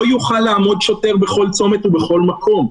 לא יוכל לעמוד שוטר בכל צומת ובכל מקום.